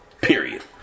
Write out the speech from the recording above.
period